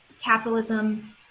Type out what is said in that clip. capitalism